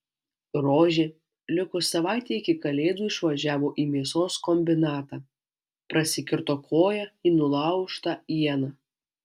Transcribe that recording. rožė likus savaitei iki kalėdų išvažiavo į mėsos kombinatą prasikirto koją į nulaužtą ieną